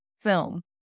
film